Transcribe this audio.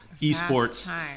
Esports